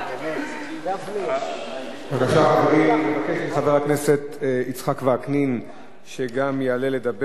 אני מבקש מחבר הכנסת יצחק וקנין שגם יעלה לדבר.